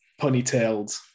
ponytailed